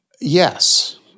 Yes